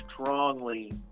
strongly